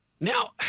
Now